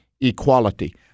equality